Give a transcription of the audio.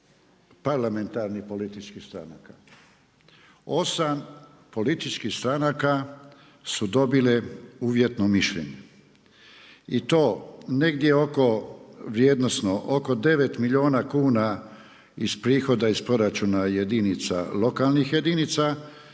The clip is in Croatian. parlamentarnih političkih stranaka, 8 političkih stranaka su dobile uvjetno mišljenje i to negdje oko, vrijednosno oko 9 milijuna kuna iz prihoda iz proračuna jedinica, lokalnih jedinica